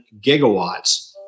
gigawatts